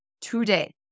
today